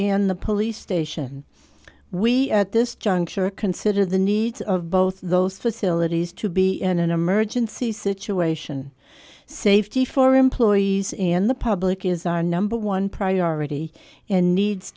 in the police station we at this juncture consider the needs of both those facilities to be in an emergency situation safety for employees and the public is our number one priority and needs